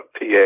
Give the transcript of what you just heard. PA